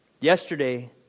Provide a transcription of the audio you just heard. Yesterday